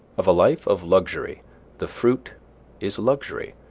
of a life of luxury the fruit is luxury,